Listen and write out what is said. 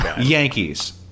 Yankees